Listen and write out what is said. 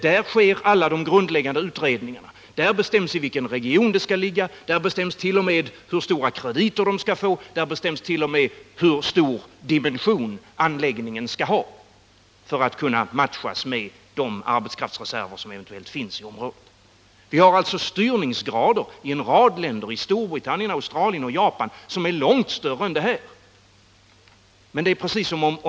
Där sker alla de grundläggande utredningarna, där bestäms i vilken region den skall ligga, där bestäms t.o.m. hur stora krediter den skall få och hur stor dimension anläggningen skall ha för att kunna matchas med de arbetskraftsreserver som finns i området. Vi har alltså styrningsgrader i en rad länder - i Storbritannien, Australien, Japan — som är långt större än vad det socialdemokratiska förslaget innebär.